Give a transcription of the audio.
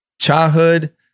Childhood